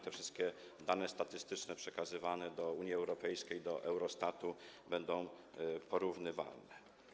Te wszystkie dane statystyczne przekazywane do Unii Europejskiej, do Eurostatu będą porównywalne.